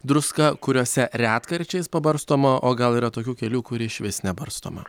druska kuriuose retkarčiais pabarstoma o gal yra tokių kelių kur išvis nebarstoma